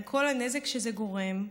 עם כל הנזק שזה גורם,